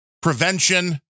prevention